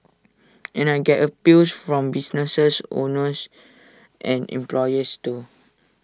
and I get appeals from businesses owners and employers too